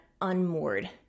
unmoored